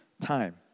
time